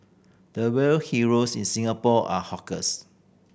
the real heroes in Singapore are hawkers